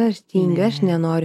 aš tingiu aš nenoriu